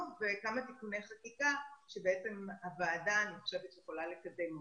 וכמה תיקוני חקיקה שאני חושבת שהוועדה יכולה לקדם אותם.